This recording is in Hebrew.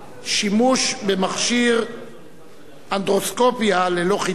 שימוש במכשיר אנדוסקופיה ללא חיטוי